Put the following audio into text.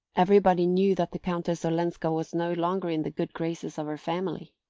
everybody knew that the countess olenska was no longer in the good graces of her family.